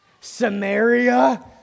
Samaria